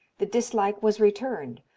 the dislike was returned,